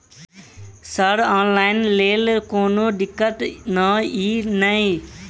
Sir online लैल कोनो दिक्कत न ई नै?